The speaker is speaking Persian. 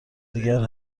دیگر